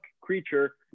creature